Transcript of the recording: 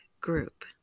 Group